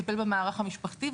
לטפל במערך המשפחתי,